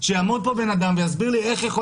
שיעמוד פה בן אדם ויסביר לי איך יכול